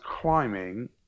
climbing